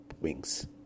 wings